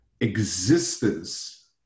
existence